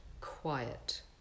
quiet